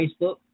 Facebook